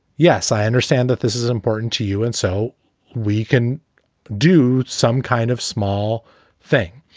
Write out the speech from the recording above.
yes, i understand that this is important to you and so we can do some kind of small thing.